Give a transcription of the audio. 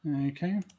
okay